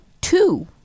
two